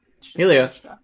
Helios